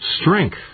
strength